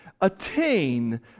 attain